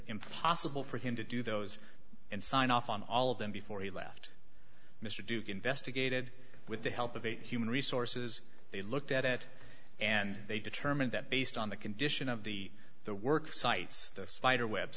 impossible for him to do those and sign off on all of them before he left mr duke investigated with the help of a human resources they looked at it and they determined that based on the condition of the the work sites the spiderweb